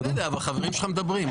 בסדר, אבל חברים שלך מדברים.